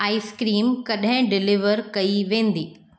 ice cream कॾहिं deliver कई वेंदी